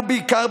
ובעיקר,